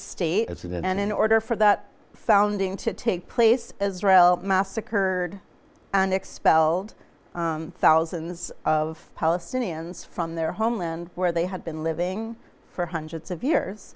end in order for that founding to take place as israel massacred and expelled thousands of palestinians from their homeland where they had been living for hundreds of years